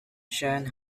chen